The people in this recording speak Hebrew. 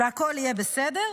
והכול יהיה בסדר.